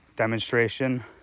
demonstration